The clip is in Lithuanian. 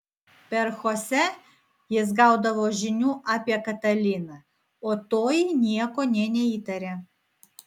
per chosę jis gaudavo žinių apie kataliną o toji nieko nė neįtarė